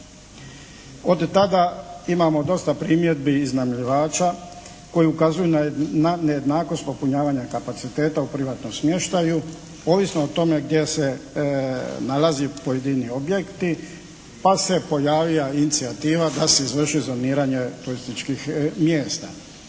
Od tada imamo dosta primjedbi iznajmljivača koji ukazuju na nejednakost popunjavanja kapaciteta u privatnom smještaju, ovisno o tome gdje se nalaze pojedini objekti. Pa se je pojavila inicijativa da se izvrši zoniranje turističkih mjesta.